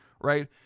right